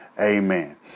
Amen